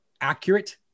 accurate